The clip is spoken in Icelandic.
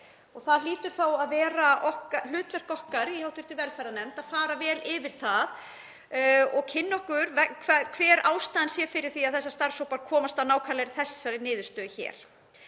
það hlýtur þá að vera hlutverk okkar í hv. velferðarnefnd að fara vel yfir það og kynna okkur hver ástæðan sé fyrir því að þessir starfshópar komast að nákvæmlega þessari niðurstöðu hér.